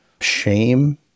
shame